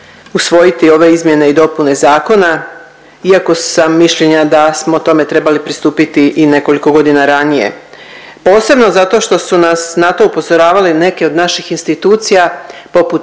usvojiti ove izmjene i dopune zakona, iako sam mišljenja da smo o tome trebali pristupiti i nekoliko godina ranije posebno zato što su nas na to upozoravale neke od naših institucija poput